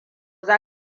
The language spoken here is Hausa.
za